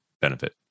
benefit